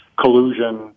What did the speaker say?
collusion